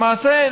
למעשה,